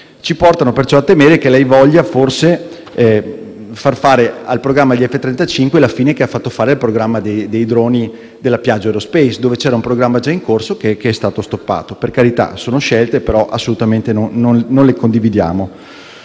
ci portano perciò a temere che lei voglia, forse, far fare al programma F-35 la fine che ha fatto fare al programma dei droni della Piaggio Aerospace, un programma già in corso che è stato stoppato. Per carità, sono scelte ma non le condividiamo